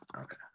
okay